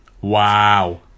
Wow